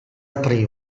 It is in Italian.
aprì